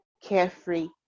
carefree